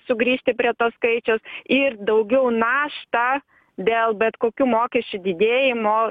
sugrįžti prie to skaičiaus ir daugiau naštą dėl bet kokių mokesčių didėjimo